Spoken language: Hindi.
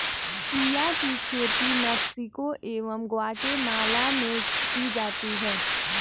चिया की खेती मैक्सिको एवं ग्वाटेमाला में की जाती है